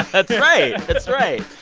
that's right. that's right.